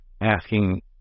asking